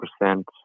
percent